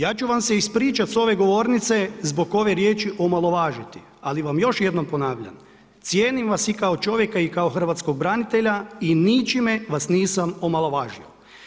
Ja ću vam se ispričati s ove govornice zbog ove riječi omalovažiti, ali vam još jednom ponavljam, cijenim vas i kao čovjeka i kao hrvatskog branitelja i ničime vas nisam omalovažio.